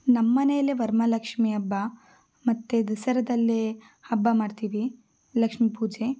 ನಮ್ಮನೆಯಲ್ಲೇ ವರಮಹಾಲಕ್ಷ್ಮೀ ಹಬ್ಬ ಮತ್ತು ದಸರಾದಲ್ಲಿ ಹಬ್ಬ ಮಾಡ್ತೀವಿ ಲಕ್ಷ್ಮೀ ಪೂಜೆ